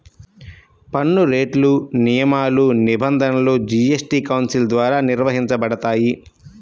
పన్నురేట్లు, నియమాలు, నిబంధనలు జీఎస్టీ కౌన్సిల్ ద్వారా నిర్వహించబడతాయి